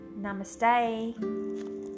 Namaste